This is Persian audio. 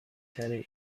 ترین